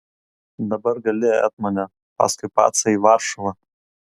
dabar gali etmone paskui pacą į varšuvą